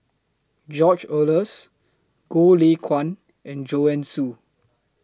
George Oehlers Goh Lay Kuan and Joanne Soo